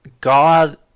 God